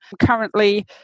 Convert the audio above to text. Currently